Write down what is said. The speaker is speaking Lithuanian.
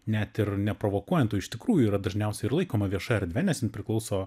net ir neprovokuojant o iš tikrųjų yra dažniausiai ir laikoma vieša erdve nes jin priklauso